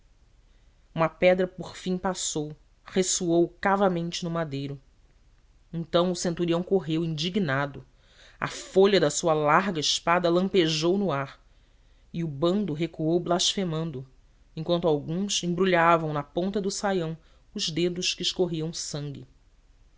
uma pedra por fim passou ressoou cavamente no madeiro então o centurião correu indignado a folha da sua larga espada lampejou no ar e o bando recuou blasfemando em quanto alguns embrulhavam na ponta do salão os dedos que escorriam sangue